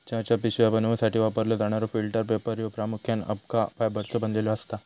चहाच्या पिशव्या बनवूसाठी वापरलो जाणारो फिल्टर पेपर ह्यो प्रामुख्याने अबका फायबरचो बनलेलो असता